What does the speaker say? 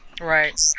right